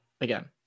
again